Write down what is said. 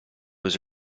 was